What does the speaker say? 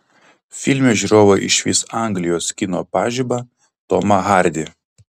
filme žiūrovai išvys anglijos kino pažibą tomą hardy